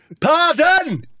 pardon